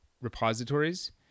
repositories